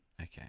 Okay